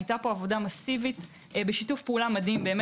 היתה פה עבודה מסיבית בשיתוף פעולה מדהים גם